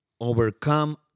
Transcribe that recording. overcome